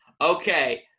Okay